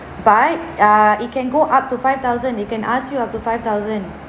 but err it can go up to five thousand he can ask you up to five thousand